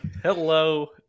Hello